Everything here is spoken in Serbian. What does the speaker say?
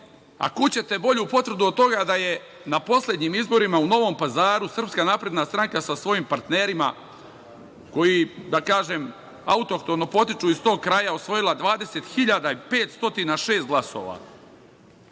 kuda ćete bolju potvrdu od toga da je na poslednjim izborima u Novom Pazaru SNS sa svojim partnerima, koji da kažem, autohtono potiču iz tog kraja, osvojila 20.506 glasova.